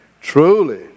Truly